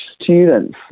students